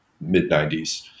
mid-90s